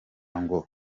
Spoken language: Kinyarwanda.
ngo